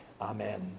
Amen